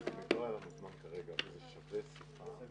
בשעה